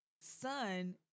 son